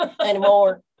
anymore